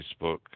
Facebook